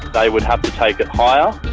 they would have to take it higher,